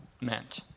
meant